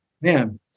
man